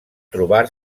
trobar